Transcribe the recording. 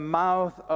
mouth